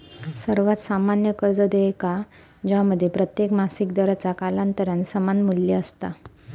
सर्वात सामान्य कर्ज देयका ज्यामध्ये प्रत्येक मासिक दराचा कालांतरान समान मू्ल्य असता